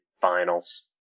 finals